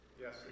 Yes